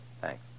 thanks